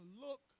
look